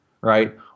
right